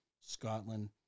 Scotland